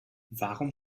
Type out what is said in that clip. warum